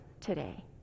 today